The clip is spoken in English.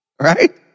Right